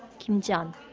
kim ji-yeon,